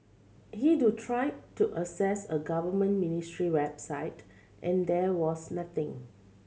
he do tried to access a government ministry website and there was nothing